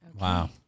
Wow